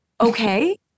okay